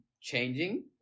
changing